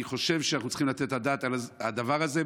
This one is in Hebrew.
אני חושב שאנחנו צריכים לתת את הדעת על הדבר הזה,